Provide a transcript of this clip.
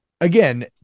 again